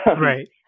Right